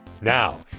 Now